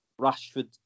Rashford